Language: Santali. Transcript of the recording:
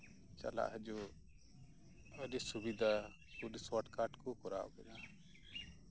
ᱪᱟᱞᱟᱜ ᱦᱤᱡᱩᱜ ᱟᱹᱰᱤ ᱥᱩᱵᱤᱫᱷᱟ ᱟᱹᱰᱤ ᱥᱚᱴᱼᱠᱟᱴ ᱠᱚ ᱠᱚᱨᱟᱣ ᱠᱮᱫᱟ